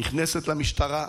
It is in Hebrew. נכנסת למשטרה.